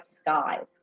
skies